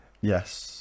Yes